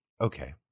okay